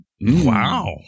Wow